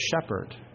shepherd